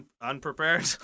Unprepared